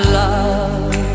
love